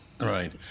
right